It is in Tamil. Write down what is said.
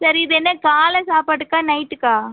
சரி இது என்ன காலை சாப்பாட்டுக்கா நைட்டுக்கா